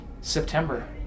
September